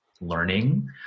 learning